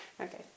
Okay